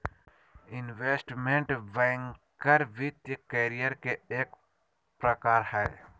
investment banker वित्तीय career के एक प्रकार हय